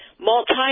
multi